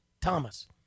Thomas